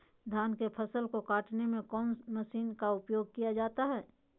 धान के फसल को कटने में कौन माशिन का उपयोग किया जाता है?